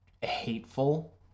hateful